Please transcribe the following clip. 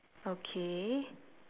okay